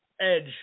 edge